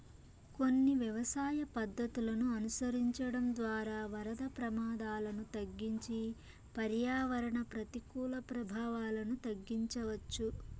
కొన్ని వ్యవసాయ పద్ధతులను అనుసరించడం ద్వారా వరద ప్రమాదాలను తగ్గించి పర్యావరణ ప్రతికూల ప్రభావాలను తగ్గించవచ్చు